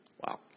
Wow